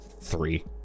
three